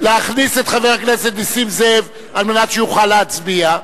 להכניס את חבר הכנסת נסים זאב על מנת שיוכל להצביע.